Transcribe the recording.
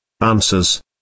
Answers